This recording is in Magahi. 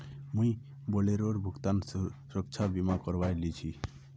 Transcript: मुई बोलेरोर भुगतान सुरक्षा बीमा करवइ लिल छि